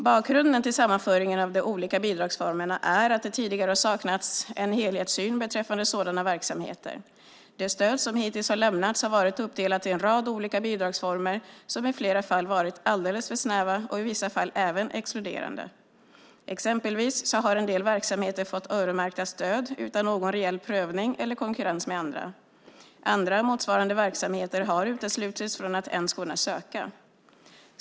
Bakgrunden till sammanförandet av de olika bidragsformerna är att det tidigare har saknats en helhetssyn beträffande sådana verksamheter. Det stöd som hittills har lämnats har varit uppdelat i en rad olika bidragsformer som i flera fall har varit alldeles för snäva och i vissa fall även exkluderande. Exempelvis har en del verksamheter fått öronmärkta stöd utan någon reell prövning eller konkurrens med andra. Andra motsvarande verksamheter har uteslutits från att ens kunna söka.